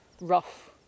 rough